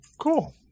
Cool